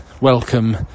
welcome